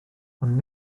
ond